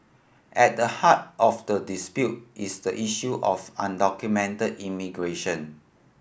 at the heart of the dispute is the issue of undocumented immigration